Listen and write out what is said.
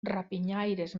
rapinyaires